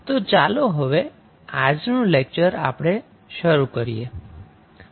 તો ચાલો હવે આજનું લેક્ચર આપણે શરૂ કરીએ